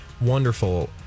wonderful